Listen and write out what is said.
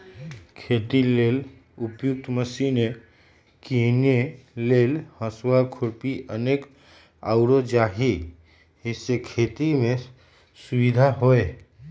खेती लेल उपयुक्त मशिने कीने लेल हसुआ, खुरपी अनेक आउरो जाहि से खेति में सुविधा होय